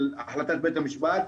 של החלטת בית המשפט,